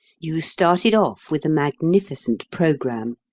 you started off with a magnificent programme.